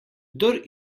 kdor